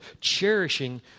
cherishing